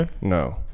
No